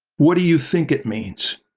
what do you think it means?